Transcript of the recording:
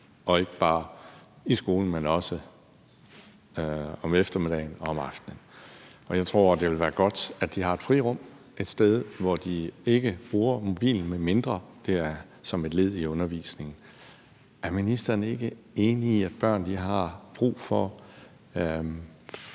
og ikke bare i skolen, men også om eftermiddagen og om aftenen. Jeg tror, det ville være godt, at de har et frirum, altså et sted, hvor de ikke bruger mobilen, medmindre det er som et led i undervisningen. Er ministeren ikke enig i, at børn har brug for